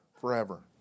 forever